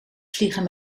vliegen